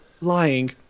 lying